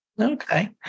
Okay